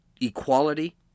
equality